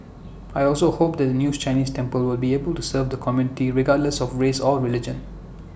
I also hope that the news Chinese temple will be able to serve the community regardless of race or religion